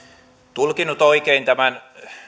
tulkinnut oikein tämän